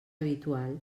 habitual